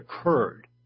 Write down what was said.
occurred